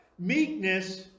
Meekness